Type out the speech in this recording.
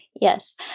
Yes